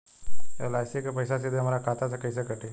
LIC के पईसा सीधे हमरा खाता से कइसे कटी?